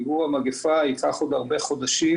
מיגור המגפה ייקח עוד הרבה חודשים,